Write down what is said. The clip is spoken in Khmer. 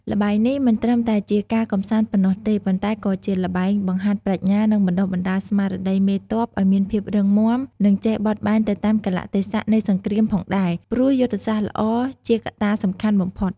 ល្បែងនេះមិនត្រឹមតែជាការកម្សាន្តប៉ុណ្ណោះទេ ប៉ុន្តែក៏ជាល្បែងបង្ហាត់ប្រាជ្ញា និងបណ្ដុះបណ្ដាលស្មារតីមេទ័ពឱ្យមានភាពរឹងមាំ និងចេះបត់បែនទៅតាមកាលៈទេសៈនៃសង្គ្រាមផងដែរ ព្រោះយុទ្ធសាស្ត្រល្អជាកត្តាសំខាន់បំផុត។